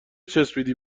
چسبیدی